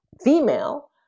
female